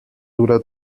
dura